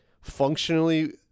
functionally